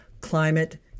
Climate